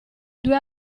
due